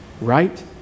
right